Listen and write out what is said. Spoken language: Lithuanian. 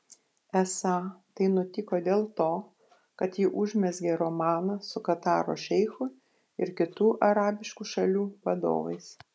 esą tai nutiko dėl to kad ji užmezgė romaną su kataro šeichu ir kitų arabiškų šalių vadovais